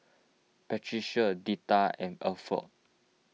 Patricia Deetta and Alford